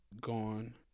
Gone